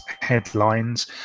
headlines